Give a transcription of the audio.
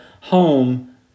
home